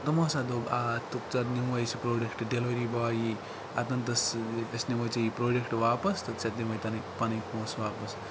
تِمو ہَسا دوٚپ ژےٚ نِموے أسۍ یہِ پروڈَکٹہٕ ڈیلوری باے یی أسۍ نِموے ژےٚ یہِ پروڈَکٹہٕ واپَس تہٕ ژےٚ دِموے پَنٕنۍ پونٛسہٕ واپَس